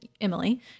Emily